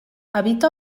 habita